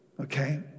okay